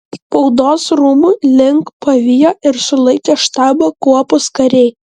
spaudos rūmų link pavijo ir sulaikė štabo kuopos kariai